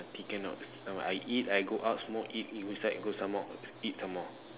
until cannot I eat I go out smoke eat go inside go smoke eat some more